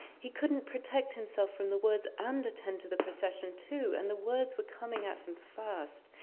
he couldn't protect himself from the words and attend to the procession too. and the words were coming at him fast.